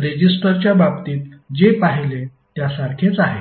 रेजिस्टरच्या बाबतीत जे पाहिले त्यासारखेच आहे